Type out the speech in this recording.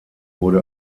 wurde